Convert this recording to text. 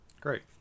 Great